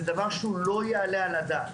זה דבר שהוא לא יעלה על הדעת.